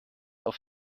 auf